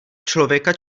člověka